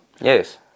Yes